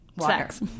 sex